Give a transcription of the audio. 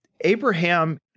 Abraham